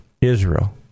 Israel